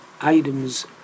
Items